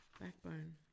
backbone